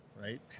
right